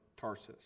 Tarsus